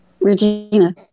Regina